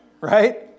Right